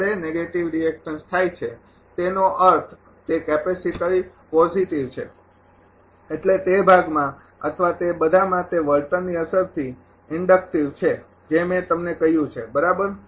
જ્યારે negative reactance થાય છે તેનો અર્થ તે કેપેસિટીવ પોઝિટિવ છે એટલે તે ભાગમાં અથવા તે બધામાં તે વળતરની અસરથી ઇન્ડકટિવ છે જે મેં તમને કહ્યું છે બરાબર